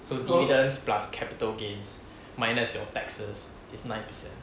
so dividends plus capital gains minus your taxes is nine percent